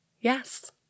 Yes